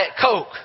Coke